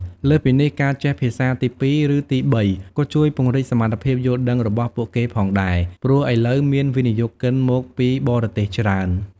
លើសពីនេះ ការចេះភាសាទីពីរ ឬទីបីក៏ជួយពង្រីកសមត្ថភាពយល់ដឹងរបស់ពួកគេផងដែរ ព្រោះឥឡូវមានវិនិយោគិនមកពីបរទេសច្រើន។